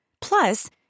Plus